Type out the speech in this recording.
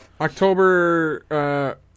October